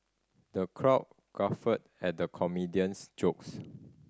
the crowd guffawed at the comedian's jokes